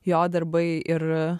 jo darbai ir